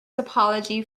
topology